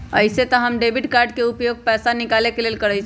अइसे तऽ हम डेबिट कार्ड के उपयोग पैसा निकाले के लेल करइछि